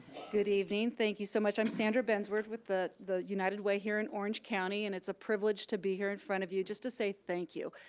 good evening. thank you so much. i'm sandra bensworth, with the the united way here in orange county and it's a privilege to be here in front of you just to say thank you.